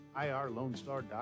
IRLoneStar.com